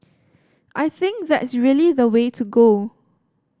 I think that's really the way to go